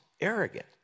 arrogant